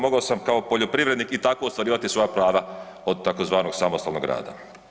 Mogao sam kao poljoprivrednik i tako ostvarivati svoja prava od tzv. samostalnog rada.